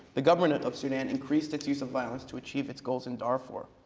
the government of sudan increased its use of violence to achieve its goals in darfur.